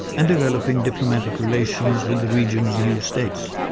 and developing diplomatic relations with the region's new states.